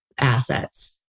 assets